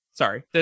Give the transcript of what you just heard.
Sorry